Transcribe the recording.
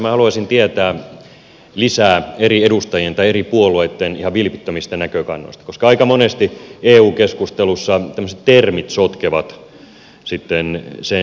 minä haluaisin tietää lisää eri edustajien tai eri puolueitten ihan vilpittömistä näkökannoista koska aika monesti eu keskustelussa tämmöiset termit sotkevat sitten sen itse sisällön